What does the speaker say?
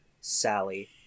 Sally